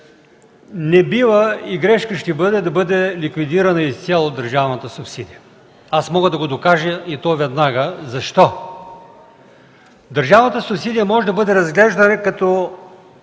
Не бива и грешка ще бъде да бъде ликвидирана изцяло държавната субсидия. Аз мога да го докажа и то веднага. Защо? Държавната субсидия може да бъде разглеждана като